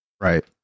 Right